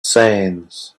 sands